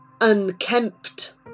Unkempt